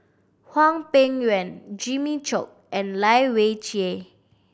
Hwang Peng Yuan Jimmy Chok and Lai Weijie